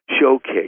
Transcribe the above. showcase